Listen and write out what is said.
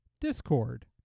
Discord